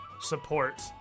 support